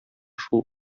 шул